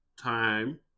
time